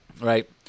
Right